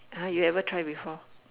!huh! you ever try before